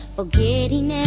Forgetting